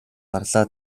гарлаа